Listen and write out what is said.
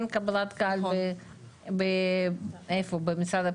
אין קבלת קהלת במשרד הפנים?